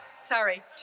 Sorry